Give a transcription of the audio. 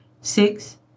Six